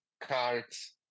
cards